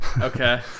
Okay